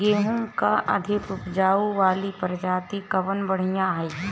गेहूँ क अधिक ऊपज वाली प्रजाति कवन बढ़ियां ह?